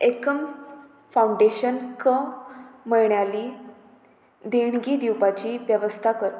एकम foundation क म्हयण्याली देणगी दिवपाची वेवस्था कर